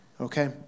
okay